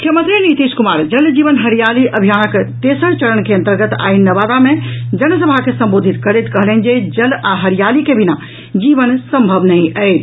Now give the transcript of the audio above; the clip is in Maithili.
मुख्यमंत्री नीतीश कुमार जल जीवन हरियाली अभियानक तेसर चरण के अंतर्गत आइ नवादा मे जनसभा के संबोधित करैत कहलनि जे जल आ हरियाली के बिना जीवन संभव नहि अछि